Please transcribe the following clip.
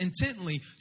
intently